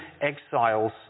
exiles